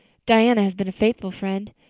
diana has been a faithful friend.